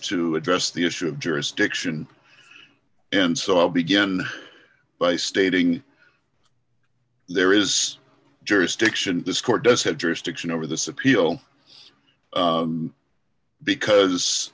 to address the issue of jurisdiction and so i'll begin by stating there is jurisdiction this court does have jurisdiction over this appeal because